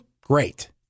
great